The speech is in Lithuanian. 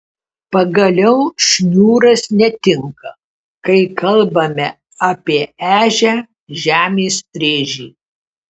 pagaliau šniūras netinka kai kalbame apie ežią žemės rėžį